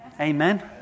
Amen